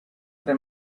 tre